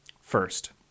First